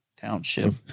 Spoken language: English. Township